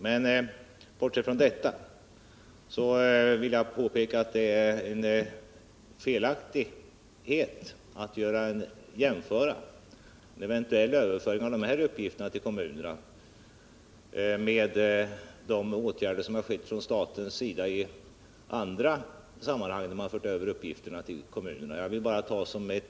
Men bortsett från det vill jag påpeka att det är felaktigt att jämföra en eventuell Nr 57 överföring av dessa uppgifter till kommuner med de åtgärder som vidtagits Tisdagen den från statens sida i andra sammanhang, då man fört över uppgifter till 18 december 1979 kommuner.